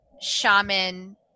Shaman